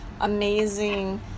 amazing